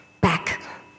back